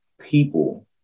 people